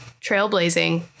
trailblazing